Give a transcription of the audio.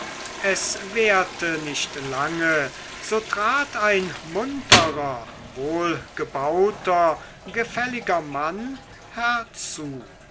es währte nicht lange so trat ein munterer wohlgebauter gefälliger mann herzu